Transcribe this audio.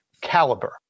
caliber